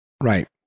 Right